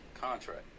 contract